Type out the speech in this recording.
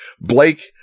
Blake